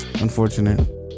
Unfortunate